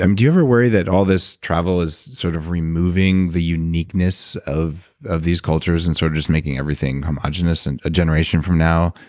um do you ever worry that all this travel is sort of removing the uniqueness of of these cultures and sort of just making everything homogenous and a generation from now,